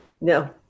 No